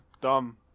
dumb